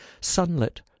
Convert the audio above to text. sunlit